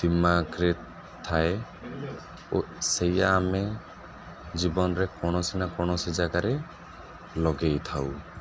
ଦୀମାଗରେ ଥାଏ ଓ ସେଇୟା ଆମେ ଜୀବନରେ କୌଣସି ନା କୌଣସି ଜାଗାରେ ଲଗେଇଥାଉ